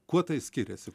kuo tai skiriasi